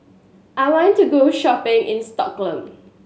I want to go shopping in Stockholm